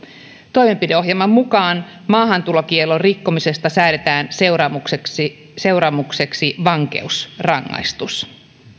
toimenpideohjelman mukaan maahantulokiellon rikkomisesta säädetään seuraamukseksi seuraamukseksi vankeusrangaistus